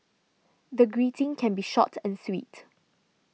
the greeting can be short and sweet